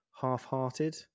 half-hearted